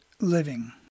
living